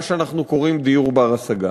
מה שאנחנו קוראים דיור בר-השגה.